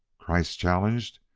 kreiss challenged.